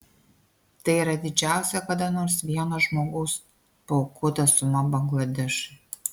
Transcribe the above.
tai yra didžiausia kada nors vieno žmogaus paaukota suma bangladešui